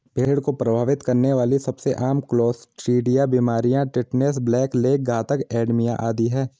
भेड़ को प्रभावित करने वाली सबसे आम क्लोस्ट्रीडिया बीमारियां टिटनेस, ब्लैक लेग, घातक एडिमा आदि है